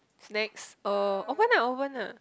snacks uh open ah open ah